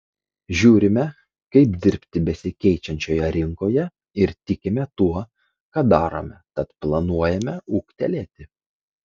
žiūrime kaip dirbti besikeičiančioje rinkoje ir tikime tuo ką darome tad planuojame ūgtelėti